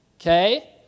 Okay